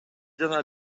жана